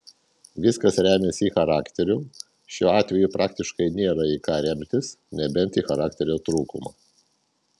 viskas remiasi į charakterį šiuo atveju praktiškai nėra į ką remtis nebent į charakterio trūkumą